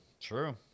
True